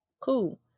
Cool